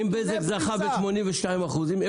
אם בזק זכה ב-82 אחוזים,